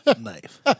knife